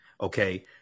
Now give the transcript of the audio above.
okay